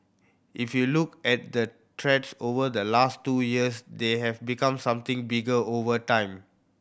if you look at the threats over the last two years they have become something bigger over time